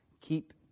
keep